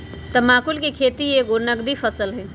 तमाकुल कें खेति एगो नगदी फसल हइ